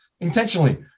intentionally